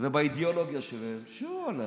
ובאידיאולוגיה שלהם, שהוא הלך.